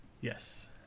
Yes